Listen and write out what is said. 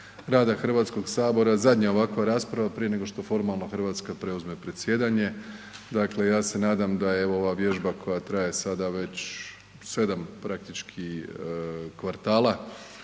Hrvatskog sabora zadnja ovakva rasprava prije nego što formalno Hrvatska preuzme predsjedanje. Dakle ja se nadam da je evo ova vježba koja traje sada već 7 praktički kvartala